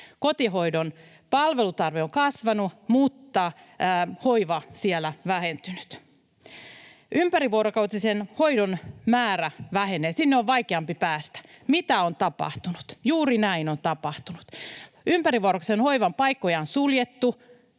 Kotihoidon palvelutarve on kasvanut, mutta hoiva siellä on vähentynyt. ”Ympärivuorokautisen hoidon määrä vähenee. Sinne on vaikeampi päästä.” Mitä on tapahtunut? Juuri näin on tapahtunut. Ympärivuorokautisen hoivan paikkoja on suljettu,